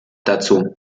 dazu